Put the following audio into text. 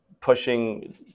pushing